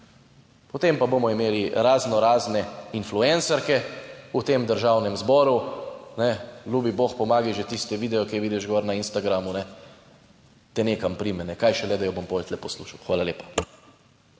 Potem pa bomo imeli raznorazne influencerke v tem Državnem zboru, ne, ljubi bog pomagaj, že tisti video, ki jo vidiš gor na Instagramu, ne, te nekam prime, kaj šele, da jo bom potem tu poslušal. Hvala lepa.